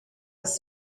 was